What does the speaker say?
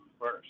first